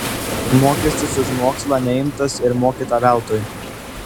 mokestis už mokslą neimtas ir mokyta veltui